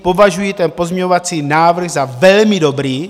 Považuji ten pozměňovací návrh za velmi dobrý.